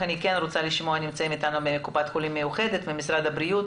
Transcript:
אני רוצה לשמוע את קופת חולים מאוחדת ואת משרד הבריאות.